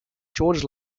george